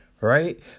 right